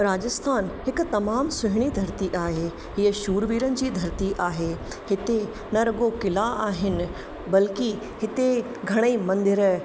राजस्थान हिकु तमामु सुहिणी धरती आहे हीअ शूरवीरन जी धरती आहे हिते न रुॻो क़िला आहिनि बल्कि हिते घणई मंदर